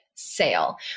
Sale